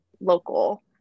local